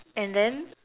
and then